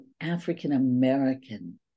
African-American